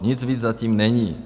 Nic víc za tím není.